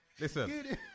Listen